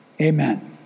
amen